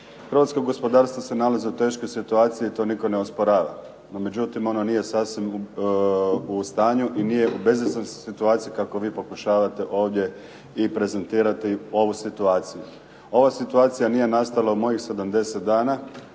Hrvatsko gospodarstvo se nalazi u teškoj situaciji i to nitko ne osporava. No međutim, ono nije sasvim u stanju i nije u bezizlaznoj situaciji kako vi pokušavate ovdje i prezentirati ovu situaciju. Ova situacija nije nastala u mojih 70 dana